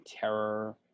terror